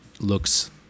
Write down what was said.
looks